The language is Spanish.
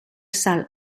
sal